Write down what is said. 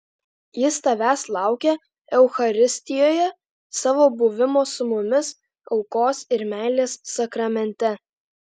jis tavęs laukia eucharistijoje savo buvimo su mumis aukos ir meilės sakramente